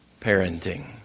parenting